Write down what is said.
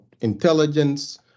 intelligence